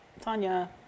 Tanya